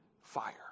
fire